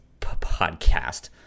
podcast